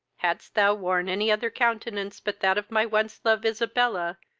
hadst thou worn any other countenance but that of my once-loved isabella,